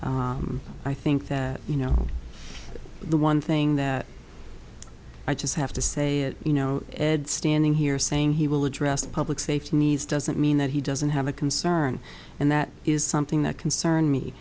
i think that you know the one thing that i just have to say that you know ed standing here saying he will address the public safety needs doesn't mean that he doesn't have a concern and that is something that concern